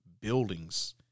buildings